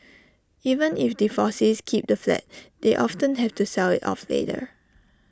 even if divorcees keep the flat they often have to sell IT off later